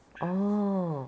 orh